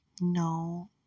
No